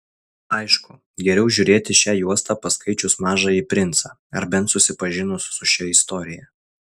aišku geriau žiūrėti šią juostą paskaičius mažąjį princą ar bent susipažinus su šia istorija